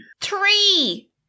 Three